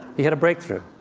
he had a breakthrough.